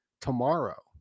tomorrow